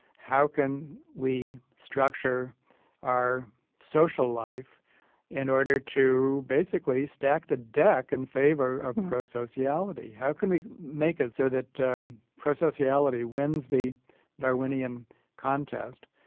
how can we structure our social life in order to basically stack the deck in favor of pro-sociality? how can we make it so that pro-sociality wins the darwinian contest?